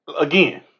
Again